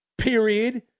period